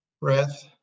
breath